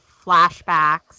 flashbacks